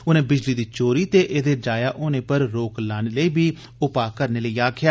उनें बिजली दी चोरी ते एदे जाया होने पर रोक लाने लेई बी उपाऽकरने लेई आक्खेया